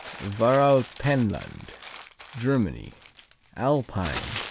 varalpenland germany alpine.